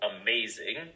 amazing